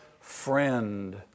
friend